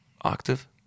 octave